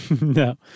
No